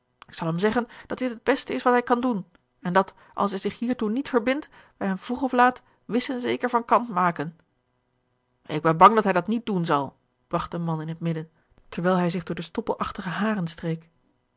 ik zal hem zeggen dat dit het best is wat hij kan doen en dat als hij zich hiertoe niet verbindt wij hem vroeg of laat wis en zeker van kant maken ik ben bang dat hij dat niet doen zal bragt de man in het midden terwijl hij zich door de stoppelachtige haren streek